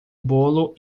bolo